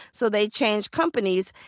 so they change companies.